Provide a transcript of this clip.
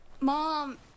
Mom